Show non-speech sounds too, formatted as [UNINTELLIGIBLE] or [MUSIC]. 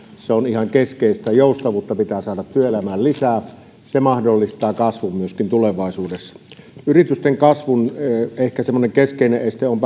se on ihan keskeistä joustavuutta pitää saada työelämään lisää se mahdollistaa kasvun myöskin tulevaisuudessa yritysten kasvun ehkä semmoinen keskeinen este on [UNINTELLIGIBLE]